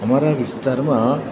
અમારા વિસ્તારમાં